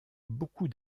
beaucoup